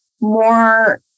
more